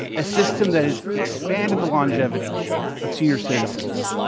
a system that has expanded the longevity of senior citizens,